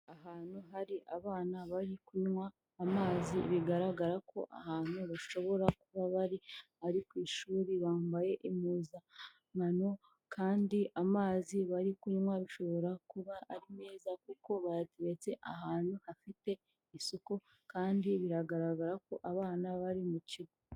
Ahantu hari abana bari kunywa amazi, bigaragara ko ahantu bashobora kuba bari ari ku ishuri, bambaye impuzankano kandi amazi bari kunywa bishobora kuba ari meza kuko bayateretse ahantu hafite isuku kandi biragaragara ko abana bari mu kigo.